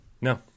no